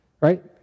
Right